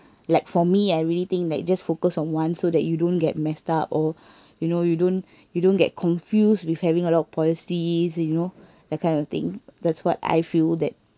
like for me I really think like just focus on one so that you don't get messed up or you know you don't you don't get confused with having a lot of policies you know that kind of thing that's what I feel that